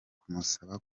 kumusaba